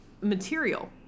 material